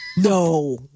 No